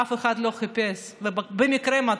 אף אחד לא חיפש ובמקרה מצאו.